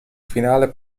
finale